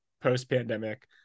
post-pandemic